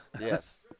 Yes